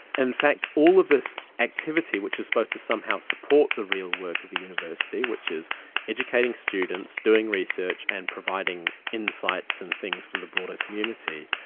in fact all of this activity which is supposed to somehow support the real work of a university, which is educating students, doing research and providing insights and things for the broader community,